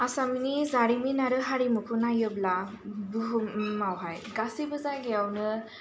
आसामनि जारिमिन आरो हारिमुखौ नायोब्ला बुहुम आवहाय गासिबो जायगायावनो